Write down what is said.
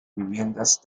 viviendas